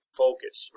focus